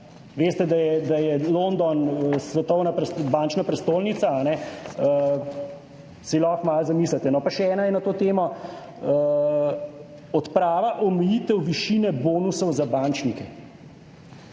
Veste, da je London svetovna bančna prestolnica. Si lahko malo zamislite, no. Pa še ena je na to temo, odprava omejitev višine bonusov za bančnike.